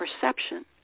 perception